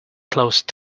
closed